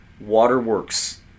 Waterworks